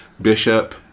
Bishop